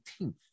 18th